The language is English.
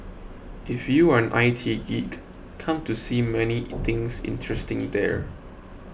if you are an I T geek come to see many things interesting there